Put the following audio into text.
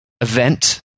event